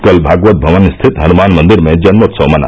कल भागवत भवन स्थित हनुमान मंदिर में जन्मोत्सव मना